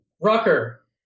Rucker